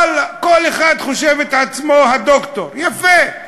ואללה, כל אחד חושב את עצמו הדוקטור, יפה,